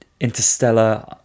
Interstellar